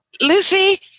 Lucy